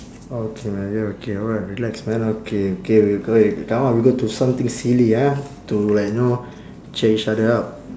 okay man you're okay alright relax man okay okay re~ okay now we go to something silly ah to like you know to cheer each other up